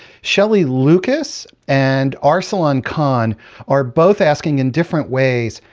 shelly lucas and arsalan khan are both asking in different ways,